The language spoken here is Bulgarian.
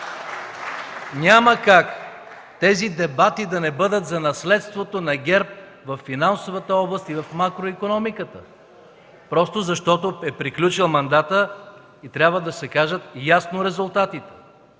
Няма как тези дебати да не бъдат за наследството на ГЕРБ във финансовата област и в макроикономиката просто защото е приключил мандата и трябва да се кажат ясно резултатите.